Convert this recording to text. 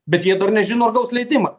bet jie dar nežino ar gaus leidimą